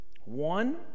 one